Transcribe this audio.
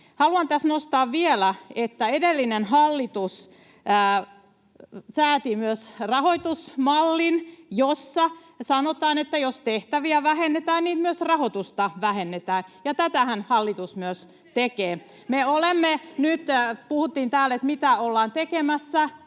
Haluan tässä nostaa vielä, että edellinen hallitus sääti myös rahoitusmallin, jossa sanotaan, että jos tehtäviä vähennetään, niin myös rahoitusta vähennetään, ja tätähän hallitus myös tekee. Puhuttiin täällä, mitä ollaan tekemässä: